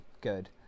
good